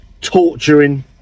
torturing